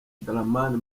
dramani